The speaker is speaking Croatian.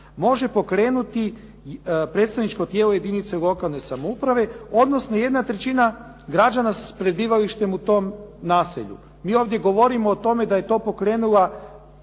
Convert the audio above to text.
može pokrenuti predstavničko tijelo jedinica lokalne samouprave, odnosno jedna trećina građana s prebivalištem u tom naselju. Mi ovdje govorimo o tome da je to pokrenula